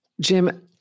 Jim